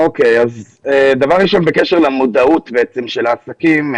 בקשר למודעות של העסקים.